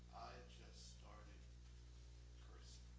just started cursing.